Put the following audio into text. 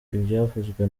ibyavuzwe